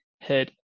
head